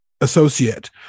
associate